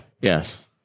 Yes